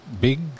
Big